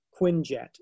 Quinjet